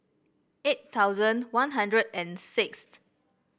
eight thousand One Hundred and sixth